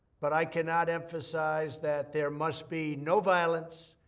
but i cannot emphasize that there must be no violence,